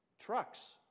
Trucks